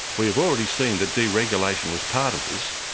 we have already seen that deregulation was part of this,